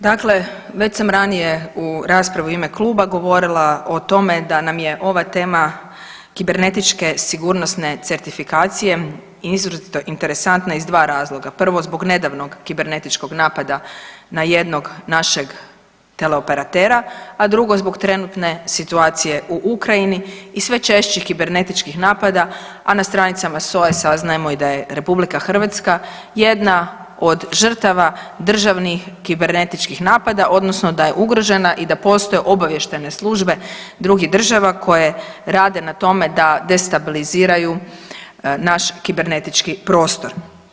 Dakle, već sam ranije u raspravi u ime kluba govorila o tome da nam je ova tema kibernetičke sigurnosne certifikacije izrazito interesantna iz dva razloga, prvo zbog nedavnog kibernetičkog napada na jednog našeg teleoperatera, a drugo zbog trenutne situacije u Ukrajini i sve češćih kibernetičkih napada, a na stranicama SOA-e saznajemo i da je RH jedna od žrtava državnih kibernetičkih napada odnosno da je ugrožena i da postoje obavještajne službe drugih država koje rade na tome da destabiliziraju naš kibernetički prostor.